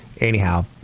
Anyhow